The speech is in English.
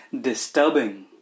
Disturbing